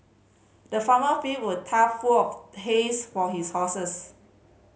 the farmer filled a tough full of hays for his horses